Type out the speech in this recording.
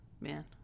Man